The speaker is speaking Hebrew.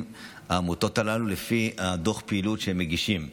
העמותות האלה על פי דוח פעילות שהן מגישות.